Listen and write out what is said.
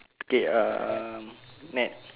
okay um net